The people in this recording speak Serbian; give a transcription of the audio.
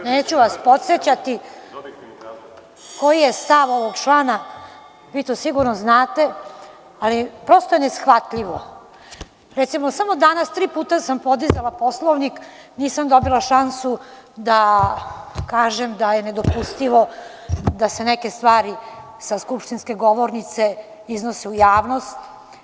neću vas podsećati koji je stav ovog člana, vi to sigurno znate, ali prosto je neshvatljivo, recimo, samo danas tri puta sam podigla Poslovnik i nisam dobila šansu da kažem da je nedopustivo da se neke stvari sa skupštinske govornice iznose u javnost.